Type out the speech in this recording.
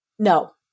No